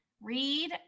read